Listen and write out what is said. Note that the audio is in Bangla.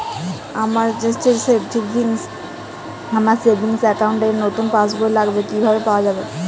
আমার সেভিংস অ্যাকাউন্ট র নতুন পাসবই লাগবে, কিভাবে পাওয়া যাবে?